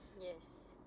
Yes